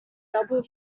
double